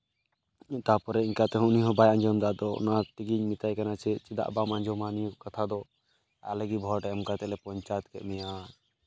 ᱛᱟᱨᱯᱚᱨᱮ ᱤᱱᱠᱟ ᱛᱮᱦᱚᱸ ᱩᱱᱤ ᱦᱚᱸ ᱵᱟᱭ ᱟᱡᱚᱢᱫᱟ ᱛᱚ ᱚᱱᱟ ᱛᱮᱜᱮ ᱢᱮᱛᱟᱭ ᱠᱟᱱᱟ ᱡᱮ ᱪᱮᱫᱟᱜ ᱵᱟᱢ ᱟᱡᱚᱢᱟ ᱱᱤᱭᱟᱹ ᱠᱚ ᱠᱟᱛᱷᱟ ᱫᱚ ᱟᱞᱮᱜᱮ ᱵᱷᱳᱴ ᱮᱢ ᱠᱟᱛᱮ ᱞᱮ ᱯᱚᱧᱪᱟᱭᱮᱛ ᱠᱮᱜ ᱢᱮᱭᱟ